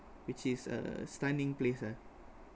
which is a stunning place ah